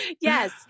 Yes